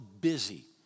busy